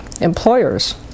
employers